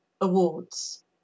awards